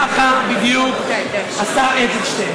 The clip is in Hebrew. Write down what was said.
ככה בדיוק עשה אדלשטיין,